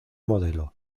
modelo